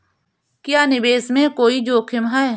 क्या निवेश में कोई जोखिम है?